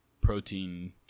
protein